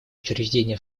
учреждение